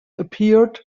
appeared